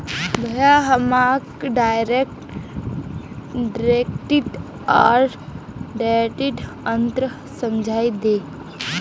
भाया हमाक direct credit आर डेबिटत अंतर समझइ दे